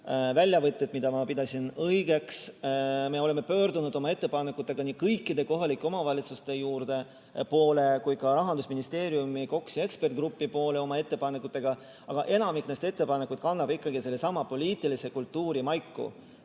väljavõtteid, mida ma pidasin õigeks. Me oleme pöördunud oma ettepanekutega nii kõikide kohalike omavalitsuste poole kui ka Rahandusministeeriumi KOKS-i ekspertgrupi poole, aga enamik neist ettepanekutest kannab sellesama poliitilise kultuuri maiku.